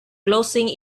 closing